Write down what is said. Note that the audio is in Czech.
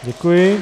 Děkuji.